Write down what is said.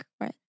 right